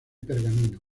pergamino